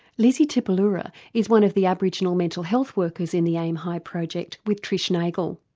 lizzie tipiloura is one of the aboriginal mental health workers in the aim high project with trish nagel.